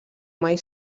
mai